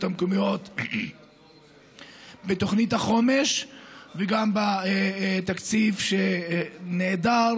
המקומיות בתוכנית החומש וגם בתקציב שנעדר,